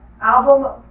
album